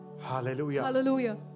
Hallelujah